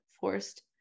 forced